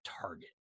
target